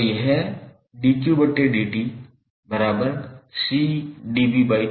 तो यह 𝑑𝑞𝑑𝑡𝐶𝑑𝑣𝑑𝑡 बन जाएगा